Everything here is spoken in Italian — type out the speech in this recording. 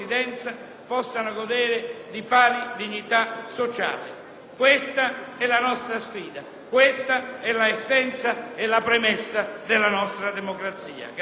Questa è la nostra sfida. Questa è l'essenza e la premessa della nostra democrazia.